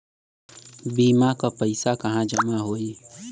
बीमा क पैसा कहाँ जमा होई?